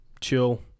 chill